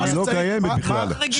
היא לא קיימת בכלל.